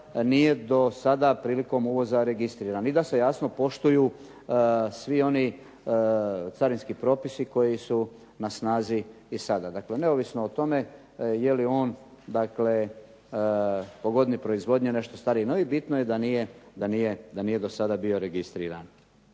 nije do sada prilikom uvoza registriran i da se jasno poštuju svi oni carinski propisi koji su na snazi i sada. Dakle neovisno o tome je li on dakle po godini proizvodnje nešto stariji, no i bitno je da nije do sada bio registriran.